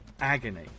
agony